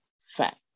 fact